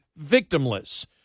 victimless